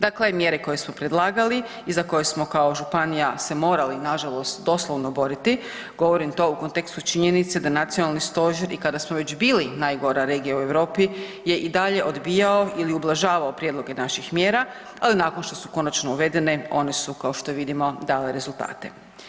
Dakle, mjere koje su predlagali i za koje smo kao županija se morali nažalost doslovno boriti, govorim to u kontekstu činjenice da nacionalni stožer i kada smo već bili najgora regija u Europi je i dalje odbijao ili ublažavao prijedloge naših mjera, ali nakon što su konačno uvedene one su kao što vidimo dale rezultate.